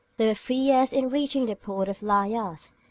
they were three years in reaching the port of laias,